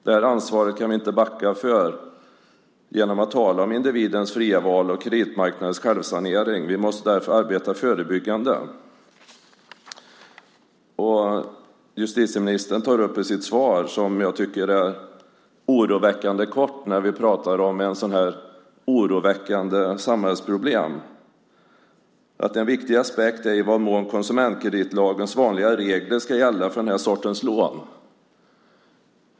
Det ansvaret kan vi inte backa från genom att tala om individens fria val och kreditmarknadens självsanering. Vi måste därför arbeta förebyggande. Justitieministern säger i sitt svar, som jag tycker är oroväckande kort med tanke på att det är ett så oroväckande samhällsproblem: "En viktig aspekt är i vad mån konsumentkreditlagens vanliga regler ska gälla för den här sortens lån."